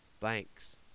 Thanks